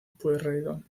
pueyrredón